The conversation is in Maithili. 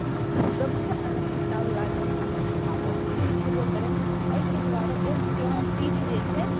सबसँ अलग किताब लागल हँ आओर चूँकि ओ छेबो करै एहिके द्वारा ओ ज्ञानपीठ जे छै